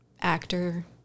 actor